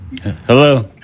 Hello